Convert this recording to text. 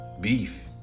beef